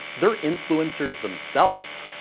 they're influencers themselves.